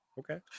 Okay